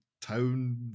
town